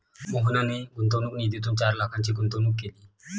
मोहनने गुंतवणूक निधीतून चार लाखांची गुंतवणूक केली